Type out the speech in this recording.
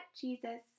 Jesus